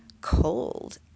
cold